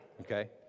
okay